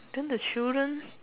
then the children